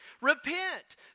Repent